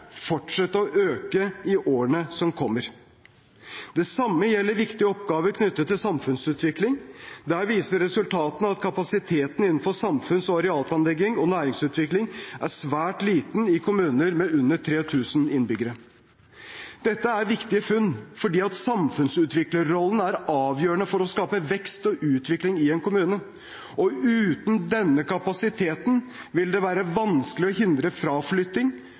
fortsette å øke i årene som kommer. Det samme gjelder viktige oppgaver knyttet til samfunnsutvikling. Der viser resultater at kapasiteten innenfor samfunns- og arealplanlegging og næringsutvikling er svært liten i kommuner med under 3 000 innbyggere. Dette er viktige funn, for samfunnsutviklerrollen er avgjørende for å skape vekst og utvikling i en kommune, og uten denne kapasiteten vil det være vanskelig å hindre fraflytting,